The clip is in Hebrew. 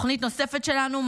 תוכנית נוספת שלנו,